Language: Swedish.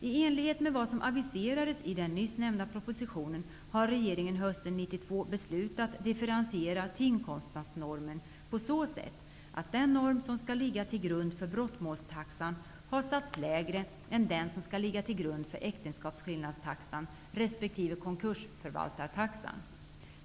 I enlighet med vad som aviserades i den nyss nämnda propositionen har regeringen hösten 1992 beslutat att differentiera timkostnadsnormen på så sätt att den norm som skall ligga till grund för brottmålstaxan har satts lägre än den som skall ligga till grund för äktenskapsskillnadstaxan resp. konkursförvaltartaxan.